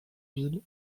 villes